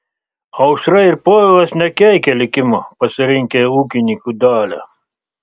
aušra ir povilas nekeikia likimo pasirinkę ūkininkų dalią